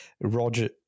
Roger